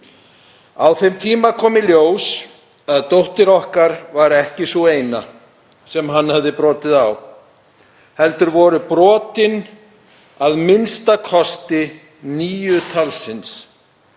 Á þeim tíma kom í ljós að dóttir okkar var ekki sú eina sem hann hafði brotið á heldur voru brotin a.m.k. níu talsins.